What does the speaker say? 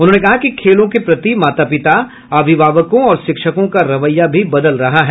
उन्होंने कहा कि खेलों के प्रति माता पिता अभिभावकों और शिक्षकों का रवैया भी बदल रहा है